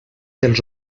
dels